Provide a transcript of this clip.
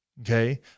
okay